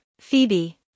Phoebe